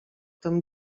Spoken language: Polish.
tem